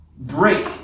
break